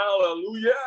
Hallelujah